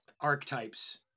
archetypes